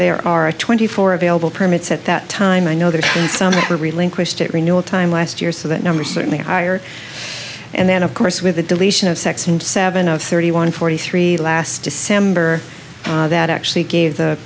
there are twenty four available permits at that time i know there are some that were relinquished at renewal time last year so that number certainly higher and then of course with the deletion of sex and seven of thirty one forty three last december that actually gave the